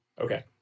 Okay